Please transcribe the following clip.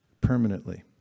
permanently